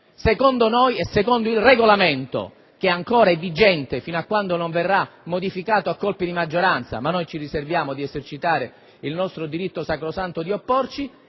secondo noi e secondo il Regolamento, che ancora è vigente, fino a quando non verrà modificato a colpi di maggioranza - ma noi ci riserviamo di esercitare il nostro diritto sacrosanto di opporci